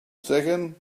second